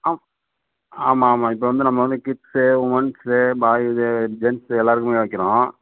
ஆ ஆமாம் ஆமாம் இப்போ வந்து நம்ம வந்து கிட்ஸு உமன்ஸு பாய் இது ஜென்ஸு எல்லாேருக்குமே வைக்கிறோம்